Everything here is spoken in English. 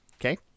Okay